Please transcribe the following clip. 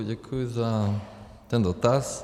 Děkuji za ten dotaz.